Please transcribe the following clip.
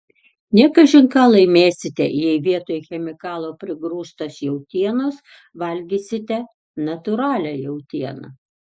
ne kažin ką laimėsite jei vietoj chemikalų prigrūstos jautienos valgysite natūralią jautieną